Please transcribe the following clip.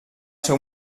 seu